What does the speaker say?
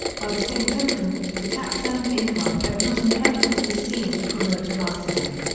by the same token, to tax earned income but not inheritance is seen to promote classism.